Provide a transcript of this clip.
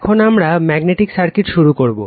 এখন আমরা magnetic circuit শুরু করবো